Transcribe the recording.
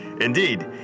Indeed